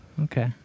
Okay